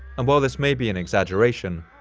and while this may be an exaggeration,